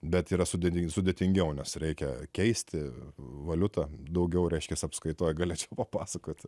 bet yra sudėtingiau sudėtingiau nes reikia keisti valiutą daugiau reiškiasi apskaitoje galėčiau papasakoti